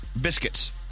biscuits